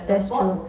that's true